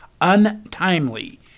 untimely